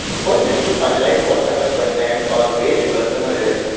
first you need to finalize what kind of content or where your customer is.